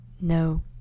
no